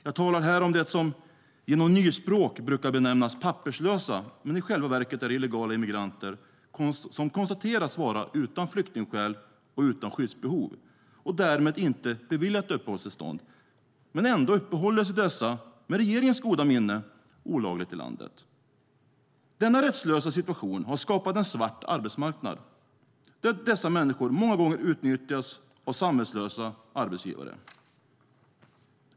Jag talar här om de som genom nyspråk brukar benämnas papperslösa men i själva verket är illegala immigranter som har konstaterats vara utan flyktingskäl och utan skyddsbehov och därmed inte har beviljats uppehållstillstånd. Ändå uppehåller sig dessa, med regeringens goda minne, olagligt i landet. Denna rättslösa situation har skapat en svart arbetsmarknad, där dessa människor många gånger utnyttjas av samvetslösa arbetsgivare.